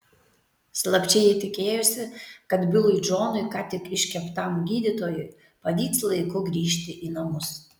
slapčia ji tikėjosi kad bilui džonui ką tik iškeptam gydytojui pavyks laiku grįžti į namus